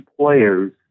players